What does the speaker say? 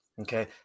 Okay